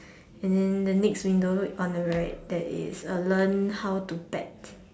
and then the next window on the right there is a learn how to bet